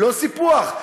לא סיפוח?